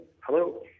Hello